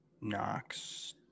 Knox